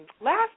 Last